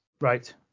Right